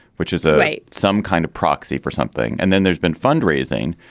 which is ah some kind of proxy for something. and then there's been fundraising,